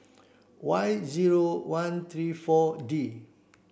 Y zero one three four D